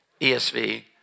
ESV